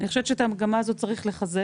אני חושבת שאת המגמה הזאת צריך לחזק,